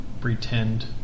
pretend